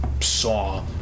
saw